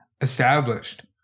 established